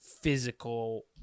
physical